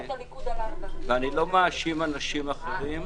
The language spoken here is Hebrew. אני לא מאשים אנשים אחרים.